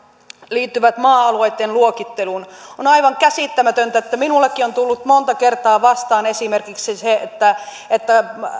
liittyvät maa alueitten luokitteluun on aivan käsittämätöntä että minullekin on tullut monta kertaa vastaan esimerkiksi se että että